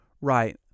Right